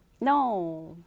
No